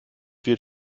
wird